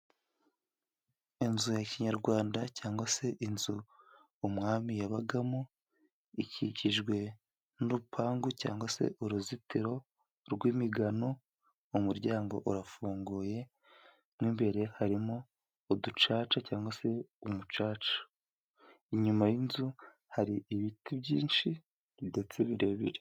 Inzu ya kinyarwanda cyangwa se inzu umwami yabagamo, ikikijwe n'urupangu cyangwa se uruzitiro rw'imigano, mu muryango urafunguye nk'imbere harimo uducaca cyangwa se umucaca, inyuma y'inzu hari ibiti byinshi ndetse birebire.